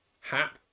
Hap